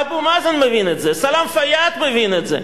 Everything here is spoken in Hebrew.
אבו מאזן מבין את זה וסלאם פיאד מבין את זה.